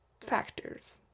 factors